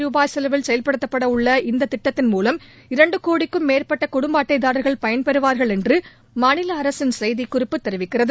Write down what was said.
ரூபாய் செலவில் செயல்படுத்தப்படவுள்ள இந்த திட்டத்தின் மூவம் இரண்டு கோடிக்கும் மேற்பட்ட குடும்ப அட்டைதாரர்கள் பயன்பெறுவார்கள் என்று மாநில அரசின் செய்திக்குறிப்பு தெரிவிக்கிறது